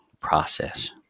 process